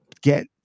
get